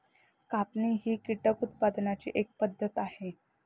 कापणी ही कीटक उत्पादनाची एक पद्धत आहे